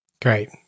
Great